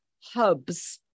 hubs